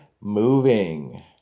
moving